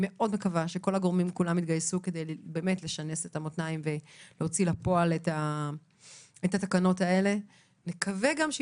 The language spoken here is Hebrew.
2021. החלפנו כמה מילים לפני תחילתו של הדיון הזה באופן רשמי